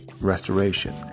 restoration